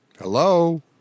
Hello